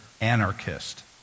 anarchist